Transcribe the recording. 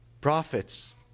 prophets